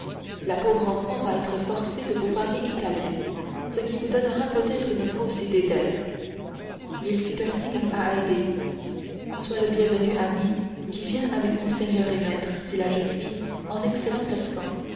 la pauvre enfant va être forcée de vous parler italien ce qui vous donnera peut-être une fausse idée d'elle il fit un signe à haydée sois le bienvenu ami qui viens avec mon seigneur et maître dit la jeune fille en excellent